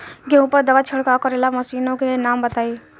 गेहूँ पर दवा छिड़काव करेवाला मशीनों के नाम बताई?